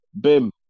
Bim